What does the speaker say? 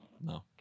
no